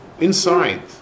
inside